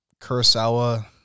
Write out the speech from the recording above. Kurosawa